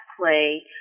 play